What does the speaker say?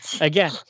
again